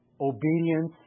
obedience